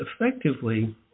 effectively